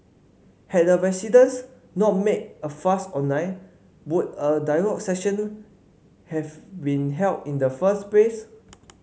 had the residents not made a fuss online would a dialogue session have been held in the first place